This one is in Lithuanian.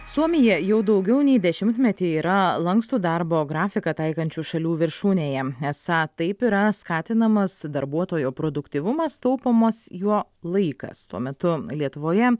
suomija jau daugiau nei dešimtmetį yra lankstų darbo grafiką taikančių šalių viršūnėje esą taip yra skatinamas darbuotojo produktyvumas taupomas jo laikas tuo metu lietuvoje